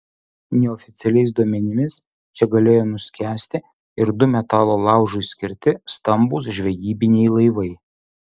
neoficialiais duomenimis čia galėjo nuskęsti ir du metalo laužui skirti stambūs žvejybiniai laivai